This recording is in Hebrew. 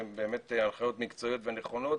והן באמת הנחיות מקצועיות ונכונות